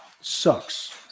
Sucks